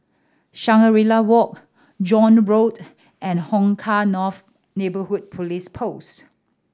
Shangri La Walk John Road and Hong Kah North Neighbourhood Police Post